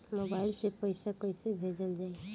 Mobile से पैसा कैसे भेजल जाइ?